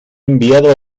enviado